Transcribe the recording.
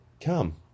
come